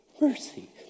Mercy